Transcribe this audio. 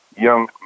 young